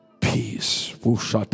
peace